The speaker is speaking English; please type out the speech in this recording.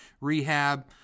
rehab